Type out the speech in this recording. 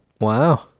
Wow